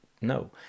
No